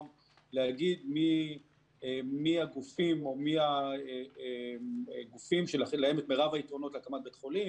להגיד מי הגופים שלהם מירב היתרונות להקמת בית חולים.